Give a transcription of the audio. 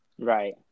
right